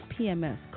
PMS